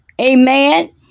Amen